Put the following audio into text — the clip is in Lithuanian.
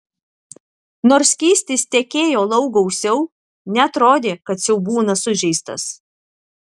nors skystis tekėjo lauk gausiau neatrodė kad siaubūnas sužeistas